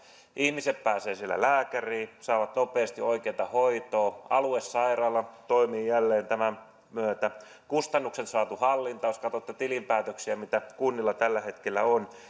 ihmiset pääsevät siellä lääkäriin ja saavat nopeasti oikeata hoitoa aluesairaala toimii jälleen tämän myötä ja kustannukset on saatu hallintaan jos katsotte tilinpäätöksiä mitä kunnilla tällä hetkellä on